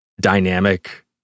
dynamic